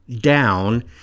down